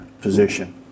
position